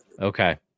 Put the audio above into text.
Okay